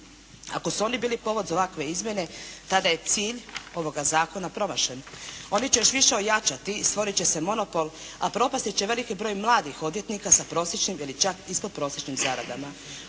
Ako su oni bili povod za ovakve izmjene, tada je cilj ovoga Zakona promašen. Oni će još više ojačati i stvorit će se monopol, a propasti će veliki broj mladih odvjetnika sa prosječnim ili čak ispodprosječnim zaradama.